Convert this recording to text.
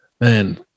Man